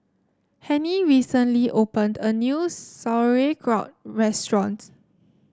Hennie recently opened a new Sauerkraut restaurant